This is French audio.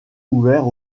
ouvert